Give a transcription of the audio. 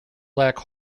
black